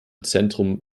zentrum